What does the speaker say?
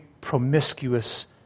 promiscuous